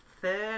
third